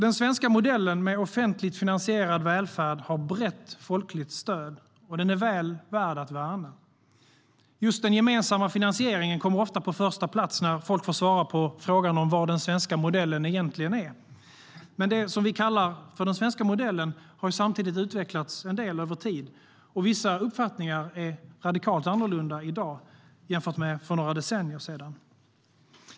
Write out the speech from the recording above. Den svenska modellen med offentligt finansierad välfärd har brett folkligt stöd och är väl värd att värna. Just den gemensamma finansieringen kommer ofta på första plats när folk får svara på frågan vad den svenska modellen egentligen är. Men det vi kallar den svenska modellen har samtidigt utvecklats en del över tid, och vissa uppfattningar är radikalt annorlunda i dag än för några decennier sedan.